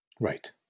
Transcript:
Right